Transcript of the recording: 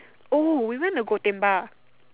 oh we went to Gotemba